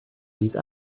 these